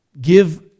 give